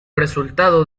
resultado